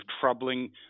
troubling